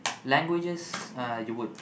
languages uh you would